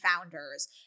founders